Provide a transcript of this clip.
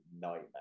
nightmare